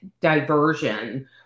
diversion